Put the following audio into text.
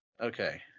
Okay